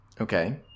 Okay